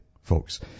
folks